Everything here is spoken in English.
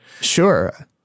Sure